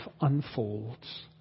unfolds